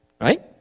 Right